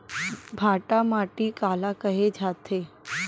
भांटा माटी काला कहे जाथे?